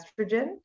estrogen